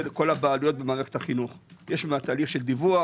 כל הוועדות במערכת החינוך יש תהליך של דיווח,